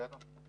בסדר?